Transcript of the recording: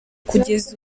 kugeza